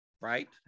Right